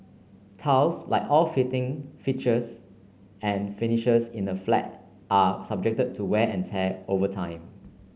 tiles like all fittings fixtures and finishes in a flat are subject to wear and tear over time